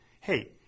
hey